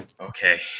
Okay